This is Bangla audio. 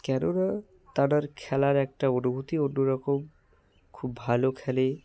কেননা তেনার খেলার একটা অনুভূতি অন্য রকম খুব ভালো খেলে